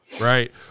Right